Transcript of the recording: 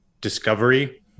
discovery